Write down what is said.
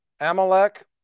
Amalek